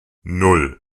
nan